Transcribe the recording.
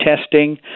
testing